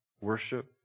worship